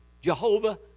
Jehovah